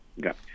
Got